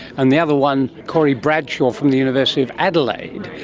and the other one, corey bradshaw from the university of adelaide.